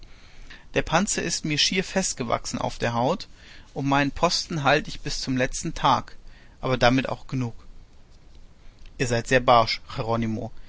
der panzer ist mir schier festgewachsen auf der haut und meinen posten halt ich bis zum letzten tag aber damit auch genug ihr seid sehr barsch